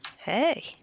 hey